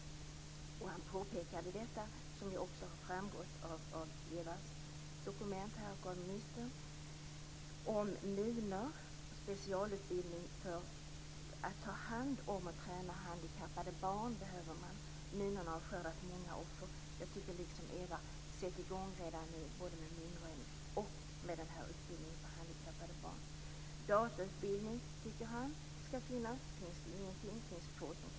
Han påpekade också det som redan har framgått av Eva Zetterbergs dokument och av ministerns svar om problemet med minor. Det behövs specialutbildning för att ta hand om och träna handikappade barn. Minorna har skördat många offer. Jag tycker liksom Eva Zetterberg: Sätt i gång redan nu med både minröjning och utbildningen för handikappade barn. Han tycker också att det skall finnas datautbildning. Nu finns det ingenting. Det finns få som kan det.